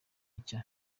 nshya